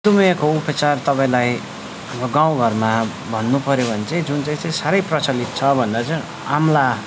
मधुमेहको उपचार तपाईँलाई गाउँ घरमा भन्नु पर्यो भने चाहिँ जुन चाहिँ चाहिँ साह्रै प्रचलित छ भन्दा चाहिँ अमला